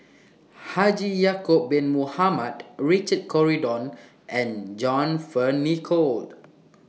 Haji Ya'Acob Bin Mohamed Richard Corridon and John Fearns Nicoll